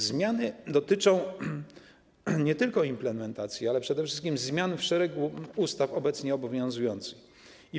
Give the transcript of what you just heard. Zmiany dotyczą nie tylko implementacji, ale przede wszystkim zmian w szeregu obecnie obowiązujących ustaw.